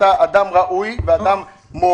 אתה אדם ראוי ומוערך,